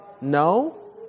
no